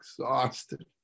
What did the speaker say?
exhausted